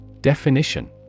Definition